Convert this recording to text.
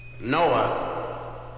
noah